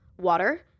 Water